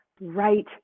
right